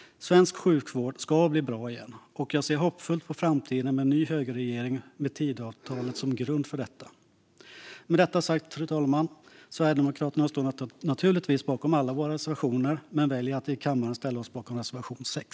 Svensk sjukvård ska bli bra igen, och jag ser hoppfullt på framtiden med en ny högerregering med Tidöavtalet som grund. Fru talman! Sverigedemokraterna står naturligtvis bakom alla våra reservationer, men vi väljer att i kammaren yrka bifall till reservation 6.